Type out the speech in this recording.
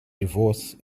divorce